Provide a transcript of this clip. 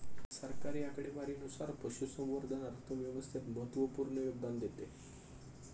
सरकारी आकडेवारीनुसार, पशुसंवर्धन अर्थव्यवस्थेत महत्त्वपूर्ण योगदान देते